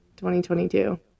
2022